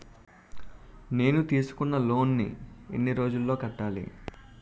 నేను తీసుకున్న లోన్ నీ ఎన్ని రోజుల్లో కట్టాలి?